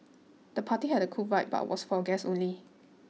the party had a cool vibe but was for guests only